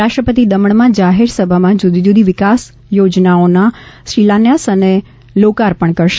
રાષ્ટ્રપતિ દમણમાં જાહેરસભામાં જુદી જુદી વિકાસ યોજનાઓનો શિલાન્યાસ અને લોકાર્પણ કરશે